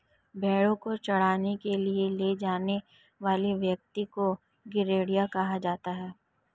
भेंड़ों को चराने के लिए ले जाने वाले व्यक्ति को गड़ेरिया कहा जाता है